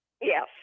Yes